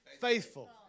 faithful